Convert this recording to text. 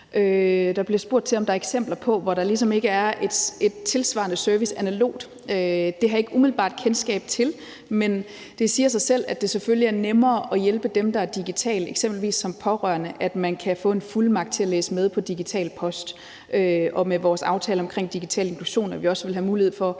Der bliver spurgt til, om der er eksempler på områder, hvor der ligesom ikke er en tilsvarende service analogt. Det har jeg ikke umiddelbart kendskab til, men det siger sig selv, at det selvfølgelig er nemmere at hjælpe dem, der er digitale. Eksempelvis kan man som pårørende få en fuldmagt til at læse med i digital post. Og med vores aftale om digital inklusion vil man også have mulighed for,